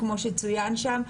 כמו שצוין שם.